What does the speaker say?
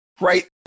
Right